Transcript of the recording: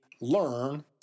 learn